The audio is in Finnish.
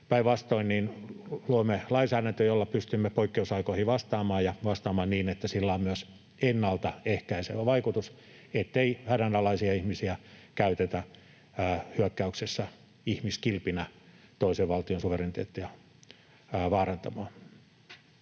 Päinvastoin luomme lainsäädäntöä, jolla pystymme poikkeusaikoihin vastaamaan, ja vastaamaan niin, että sillä on myös ennalta ehkäisevä vaikutus, ettei hädänalaisia ihmisiä käytetä hyökkäyksessä ihmiskilpinä toisen valtion suvereniteettia vaarantamaan.